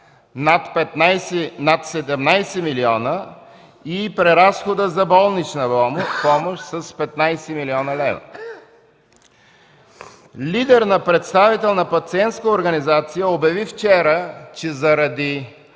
над 17 милиона, и преразхода за болнична помощ с 15 млн. лв. Лидер на пациентска организация, обяви вчера, че заради